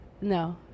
no